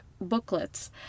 booklets